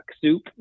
Soup